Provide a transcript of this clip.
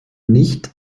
nicht